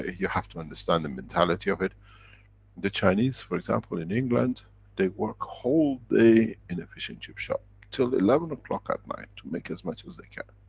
you have to understand the mentality of it the chinese, for example, in england they work whole day in a fish and chips shop till eleven o'clock at night to make as much as they can.